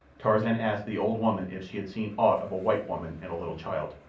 tarzan asked the old woman if she had seen aught of a white woman and a little child.